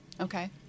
Okay